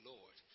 Lord